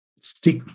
stick